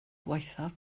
gwaethaf